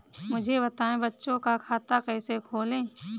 मुझे बताएँ बच्चों का खाता कैसे खोलें?